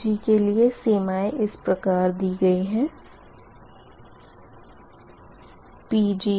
Pg के लिए सीमाएँ इस प्रकार दी गई हैं PgiminPgiPgimax